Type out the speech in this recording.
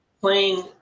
playing